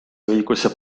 õiguse